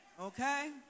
Okay